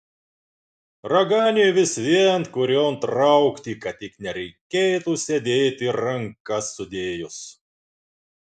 raganiui vis vien kurion traukti kad tik nereikėtų sėdėti rankas sudėjus